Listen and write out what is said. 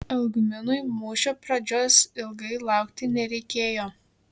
algminui mūšio pradžios ilgai laukti nereikėjo